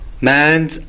man